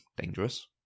dangerous